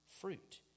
fruit